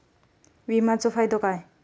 विमाचो फायदो काय?